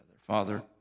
Father